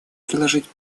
приложить